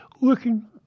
looking